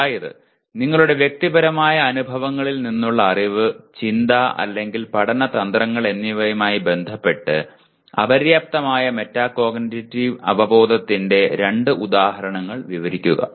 അതായത് നിങ്ങളുടെ വ്യക്തിപരമായ അനുഭവങ്ങളിൽ നിന്നുള്ള അറിവ് ചിന്ത അല്ലെങ്കിൽ പഠന തന്ത്രങ്ങൾ എന്നിവയുമായി ബന്ധപെട്ടു അപര്യാപ്തമായ മെറ്റാകോഗ്നിറ്റീവ് അവബോധത്തിന്റെ രണ്ട് ഉദാഹരണങ്ങൾ വിവരിക്കുക